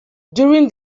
during